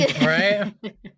Right